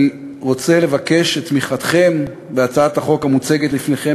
אני רוצה לבקש מכם לתמוך בהצעת החוק המוצגת לפניכם